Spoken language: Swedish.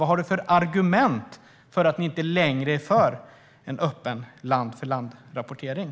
Vad har du för argument för att ni inte längre är för en öppen land-för-landrapportering?